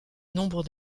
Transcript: nombre